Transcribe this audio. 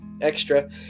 extra